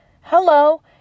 hello